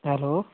hello